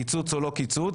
קיצוץ או לא קיצוץ,